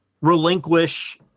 relinquish